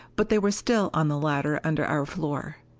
but they were still on the ladder under our floor.